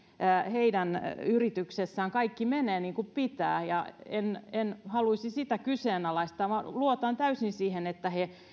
heidän yrityksessään kaikki menee niin kuin pitää ja en haluaisi sitä kyseenalaistaa vaan luotan täysin siihen että he